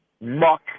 muck